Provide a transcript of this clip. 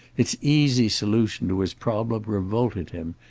its easy solution to his problem revolted him,